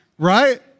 right